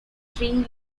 three